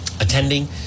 attending